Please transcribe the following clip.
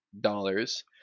dollars